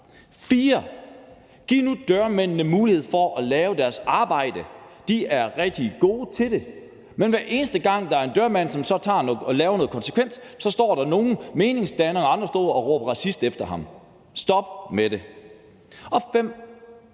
4: Giv nu dørmændene mulighed for at gøre deres arbejde. De er rigtig gode til det, men hver eneste gang en dørmand laver noget konsekvent, står der meningsdannere og andre, som råber racist efter ham – stop med det.